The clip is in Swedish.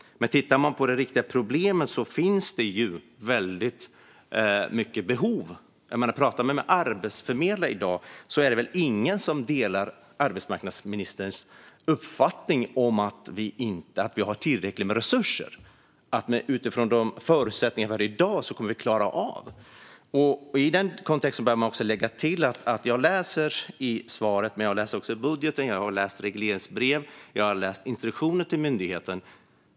Men det finns ju väldigt stora behov. Det är väl ingen arbetsförmedlare som delar arbetsmarknadsministerns uppfattning att det i dag finns tillräckligt med resurser och tillräckligt goda förutsättningar för att man ska klara detta. Jag har hört svaret. Jag har också läst budgeten samt regleringsbrev och instruktioner till myndigheten.